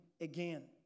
again